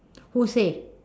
who say